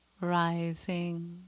rising